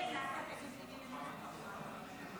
לדעת שבזמן שאנחנו פה נואמות